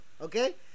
Okay